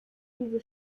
diese